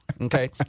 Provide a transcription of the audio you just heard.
okay